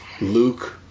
Luke